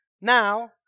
Now